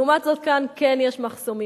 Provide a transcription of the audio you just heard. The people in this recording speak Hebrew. לעומת זאת כאן כן יש מחסומים,